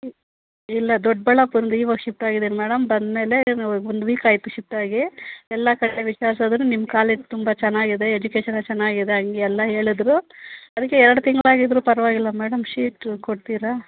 ಇಲ್ಲ ದೊಡ್ಬಳ್ಳಾಪುರ್ದಿಂದ ಈವಾಗ ಶಿಫ್ಟ್ ಆಗಿದಿನಿ ಮೇಡಮ್ ಬಂದ ಮೇಲೆ ನಾವು ಒಂದು ವೀಕಾಯಿತು ಶಿಫ್ಟಾಗಿ ಎಲ್ಲ ಕಡೆ ವಿಚಾರಿಸಿದ್ರು ನಿಮ್ಮ ಕಾಲೇಜ್ ತುಂಬ ಚೆನ್ನಾಗಿದೆ ಎಜುಕೇಶನು ಚೆನ್ನಾಗಿದೆ ಹಾಗೆಲ್ಲಾ ಹೇಳಿದ್ರು ಅದಿಕ್ಕೆ ಎರಡು ತಿಂಗಳಾಗಿದ್ರು ಪರವಾಗಿಲ್ಲ ಮೇಡಮ್ ಶೀಟ್ ಕೊಡ್ತೀರಾ